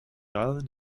island